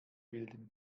bilden